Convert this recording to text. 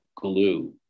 glue